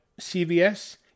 CVS